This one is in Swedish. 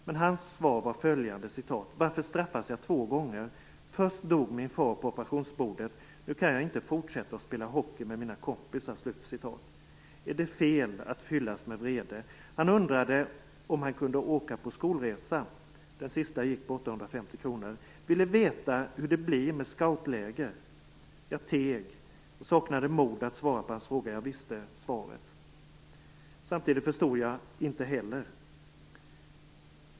Men hans svar var följande: 'Varför straffas jag två gånger: först dog min far på operationsbordet, nu kan jag inte fortsätta och spela hockey med mina kompisar!' Är det fel att fyllas med vrede? Han undrade om han kunde åka på skolresan , ville veta hur det blir med scoutläge. Jag teg, jag saknade mod att svara på hans fråga, jag visste svaret ...Samtidig förstog jag inte heller.